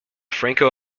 franco